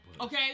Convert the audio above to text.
Okay